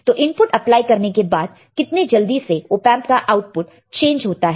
तो input apply करने के बाद कितने जल्दी से ऑपएंप का आउटपुट चेंज होता है